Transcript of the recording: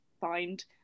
find